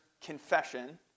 confession